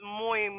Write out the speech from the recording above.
muy